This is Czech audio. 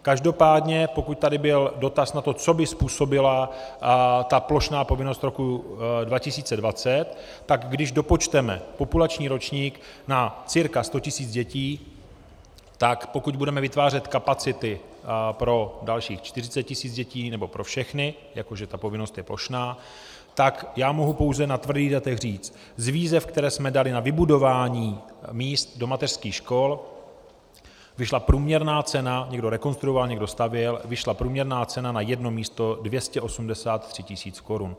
Každopádně pokud tady byl dotaz na to, co by způsobila ta plošná povinnost roku 2020, tak když dopočteme populační ročník cca na 100 tisíc dětí, tak pokud budeme vytvářet kapacity pro dalších 40 tisíc dětí nebo pro všechny, jako že ta povinnost je plošná, tak mohu pouze na tvrdých datech říct, z výzev, které jsme dali na vybudování míst do mateřských škol, vyšla průměrná cena, někdo rekonstruoval, někdo stavěl, vyšla průměrná cena na jedno místo 283 tisíc korun.